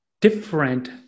different